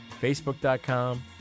Facebook.com